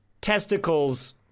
testicles